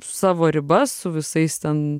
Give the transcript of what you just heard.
savo ribas su visais ten